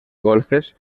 golfes